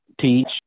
teach